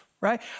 right